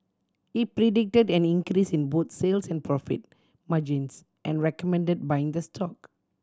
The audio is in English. he predicted an increase in both sales and profit margins and recommended buying the stock